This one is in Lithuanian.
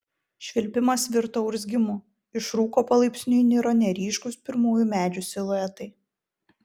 švilpimas virto urzgimu iš rūko palaipsniui niro neryškūs pirmųjų medžių siluetai